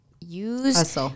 Use